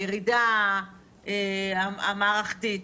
לירידה המערכתית,